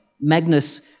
Magnus